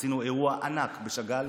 עשינו אירוע ענק בשאגאל.